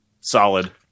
solid